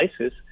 ISIS